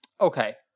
Okay